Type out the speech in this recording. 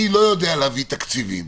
אני לא יודע להביא תקציבים.